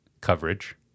coverage